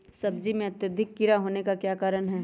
सब्जी में अत्यधिक कीड़ा होने का क्या कारण हैं?